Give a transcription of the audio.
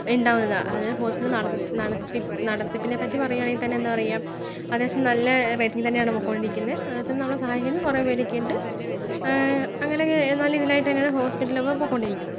ഉണ്ടാകുന്നതാണ് അതെ ഹോസ്പിറ്റല് നടത്തിപ്പ് നടത്തിപ്പി നടത്തിപ്പിനെ പറ്റി പറയുവാണെങ്കിൽ തന്നെ എന്താ പറയാ അത്യാവശ്യം നല്ല റേറ്റിങ്ങിൽ തന്നെയാണ് പോയിക്കൊണ്ടിരിക്കുന്നത് അതുപോലെ തന്നെ നമ്മളെ സഹായിക്കാനും കുറെ പേരെക്കെയിണ്ട് അങ്ങനെക്കെ നല്ല ഇതിലായിട്ട് തന്നെയാണ് ഹോസ്പിറ്റലിപ്പോൾ പോയിക്കൊണ്ടിരിക്കുന്നത്